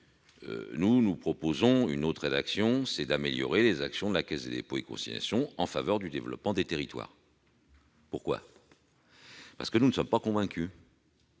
Nous proposons une autre rédaction :« Améliorer les actions de la Caisse des dépôts et consignations en faveur du développement des territoires ». En effet, nous ne sommes pas convaincus